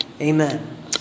amen